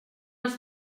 els